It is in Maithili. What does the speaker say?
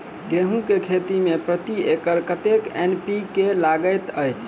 गेंहूँ केँ खेती मे प्रति एकड़ कतेक एन.पी.के लागैत अछि?